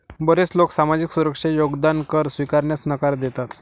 बरेच लोक सामाजिक सुरक्षा योगदान कर स्वीकारण्यास नकार देतात